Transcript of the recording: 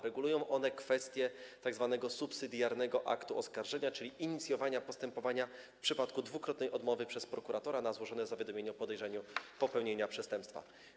Regulują one kwestię tzw. subsydiarnego aktu oskarżenia, czyli inicjowania postępowania w przypadku dwukrotnej odmowy prokuratora na złożone zawiadomienie o podejrzeniu popełnienia przestępstwa.